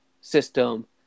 system